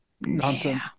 nonsense